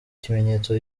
ikimenyetso